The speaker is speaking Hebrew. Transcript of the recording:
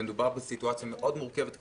ומדובר בסיטואציה כלכלית מרוכבת מאוד,